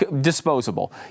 disposable